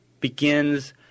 begins